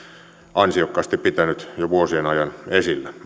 ansiokkaasti pitänyt jo vuosien ajan esillä